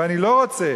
ואני לא רוצה,